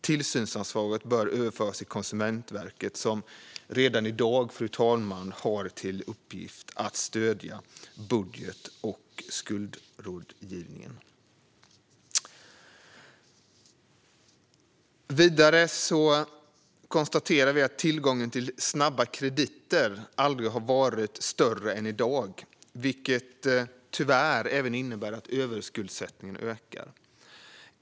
Tillsynsansvaret bör överföras till Konsumentverket, som redan i dag, fru talman, har till uppgift att stödja budget och skuldrådgivningen. Vidare konstaterar vi att tillgången till snabba krediter aldrig har varit större än i dag, vilket tyvärr även innebär att överskuldsättningen ökar.